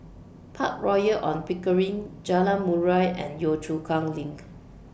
Park Royal on Pickering Jalan Murai and Yio Chu Kang LINK